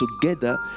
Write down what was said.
together